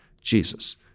Jesus